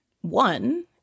one